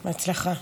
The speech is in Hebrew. בהצלחה.